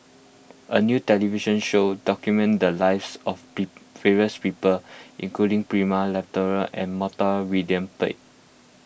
a new television show documented lives of pee various people including Prema Letchumanan and Montague William Pett